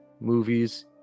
movies